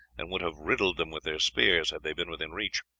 and would have riddled them with their spears had they been within reach.